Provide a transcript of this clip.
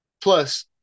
plus